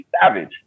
Savage